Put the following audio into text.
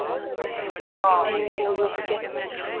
ओह् बनांदे हे टूलउसी केह्